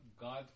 God